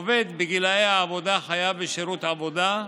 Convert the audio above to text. עובד בגילי העבודה חייב בשירות עבודה,